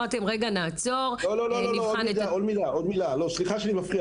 אמרתם נעצור --- סליחה שאני מפריע,